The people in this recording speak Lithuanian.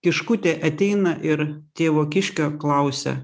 kiškutė ateina ir tėvo kiškio klausia